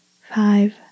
five